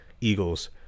Eagles